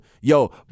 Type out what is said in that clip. Yo